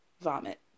vomit